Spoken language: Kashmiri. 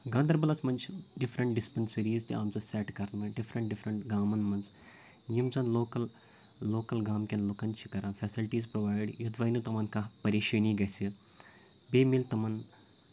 گانٛدَربَلَس منٛز چھِ ڈِفرَنٛٹ ڈِسپنسٕریٖز تہِ آمژٕ سٮ۪ٹ کَرنہٕ ڈِفرَنٛٹ ڈِفرَنٛٹ گامَن منٛز یِم زَن لوکَل لوکَل گامکٮ۪ن لُکَن چھِ کَران فیسلٹیٖز پرووایِڈ یُدوٕے نہٕ تِمن کانٛہہ پَریشٲنی گَژھِ بییہِ مِلہِ تِمن